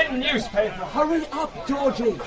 newspaper! hurry up, georgie!